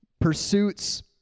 pursuits